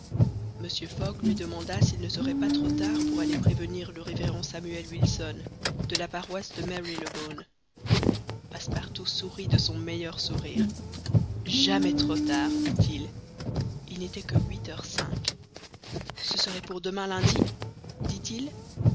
mr fogg lui demanda s'il ne serait pas trop tard pour aller prévenir le révérend samuel wilson de la paroisse de mary le bone passepartout sourit de son meilleur sourire jamais trop tard dit-il il n'était que huit heures cinq ce serait pour demain lundi dit-il